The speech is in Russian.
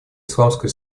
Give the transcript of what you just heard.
исламской